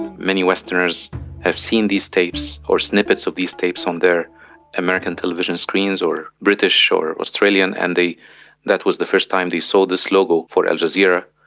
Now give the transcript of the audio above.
many westerners have seen these tapes or snippets of these tapes on their american television screens or british or australian, and that was the first time they saw this logo for al jazeera,